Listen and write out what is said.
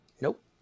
Nope